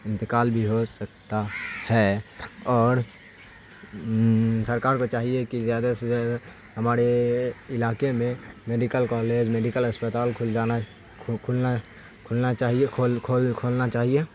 انتقال بھی ہو سکتا ہے اوڑ سرکار کو چاہیے کہ زیادہ سے زیادہ ہمارے علاقے میں میڈیکل کالج میڈیکل اسپتال کھل جانا کھلنا کھلنا چاہیے کھول کھول کھولنا چاہیے